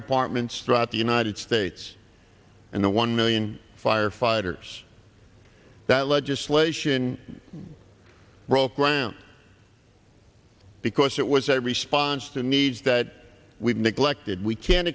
departments throughout the united states and the one million firefighters that legislation broke ground because it was a response to needs that we've neglected we can